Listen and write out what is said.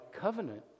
covenant